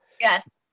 Yes